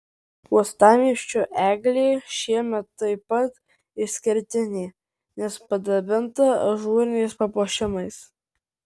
uostamiesčio eglė šiemet taip pat išskirtinė nes padabinta ažūriniais papuošimais